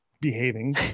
behaving